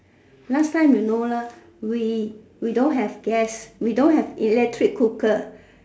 last time you know lah we we don't have gas we don't have electric cooker